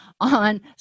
on